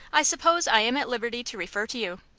i suppose i am at liberty to refer to you.